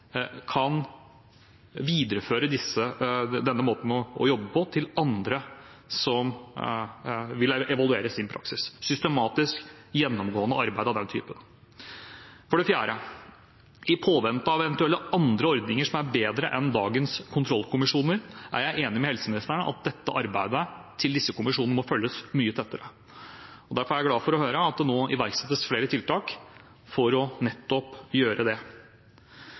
kan videreføre denne måten å jobbe på til andre som vil evaluere sin praksis – systematisk, gjennomgående arbeid av den typen. For det fjerde: I påvente av eventuelle andre ordninger som er bedre enn dagens kontrollkommisjoner, er jeg enig med helseministeren i at arbeidet til disse kommisjonene må følges mye tettere. Derfor er jeg glad for å høre at det nå iverksettes flere tiltak for nettopp å gjøre det.